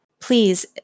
Please